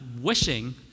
wishing